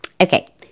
okay